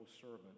servant